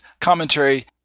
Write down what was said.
commentary